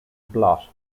blot